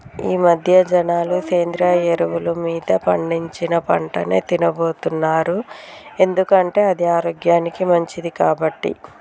ఈమధ్య జనాలు సేంద్రియ ఎరువులు మీద పండించిన పంటనే తిన్నబోతున్నారు ఎందుకంటే అది ఆరోగ్యానికి మంచిది కాబట్టి